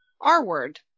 R-word